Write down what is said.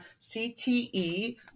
CTE